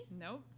Nope